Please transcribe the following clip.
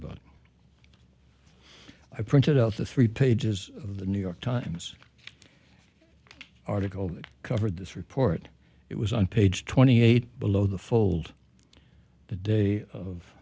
about i printed out the three pages of the new york times article that covered this report it was on page twenty eight below the fold the day of